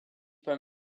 beim